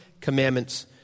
commandments